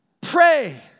pray